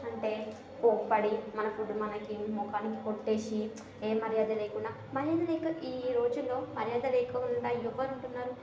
అంటే కోప్పడి మన ఫుడ్ మనకి మొఖానికి కొట్టేసి ఏం మర్యాద లేకుండా మర్యాద లేక ఈ రోజుల్లో మర్యాద లేకుండా ఎవరు ఉంటున్నారు